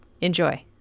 Enjoy